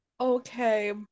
Okay